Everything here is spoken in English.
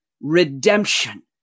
Redemption